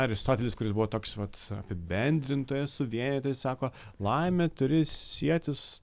aristotelis kuris buvo toks vat apibendrintojas suvienytojas sako laimė turi sietis